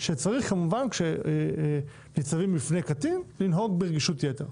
שצריך כמובן כשניצבים בפני קטין לנהוג ברגישות יתר.